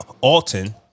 Alton